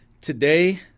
Today